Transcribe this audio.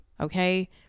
okay